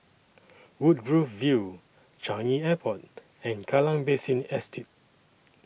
Woodgrove View Changi Airport and Kallang Basin Estate